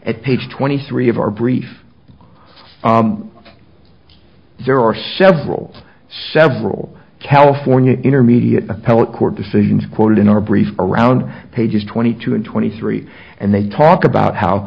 at page twenty three of our brief there are several several california intermediate appellate court decisions quoted in our brief around pages twenty two and twenty three and they talk about how